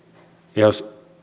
jos